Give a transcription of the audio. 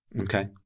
Okay